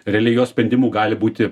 realiai jo sprendimu gali būti